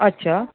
अच्छा